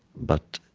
but